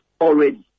already